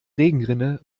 regenrinne